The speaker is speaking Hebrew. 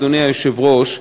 אדוני היושב-ראש,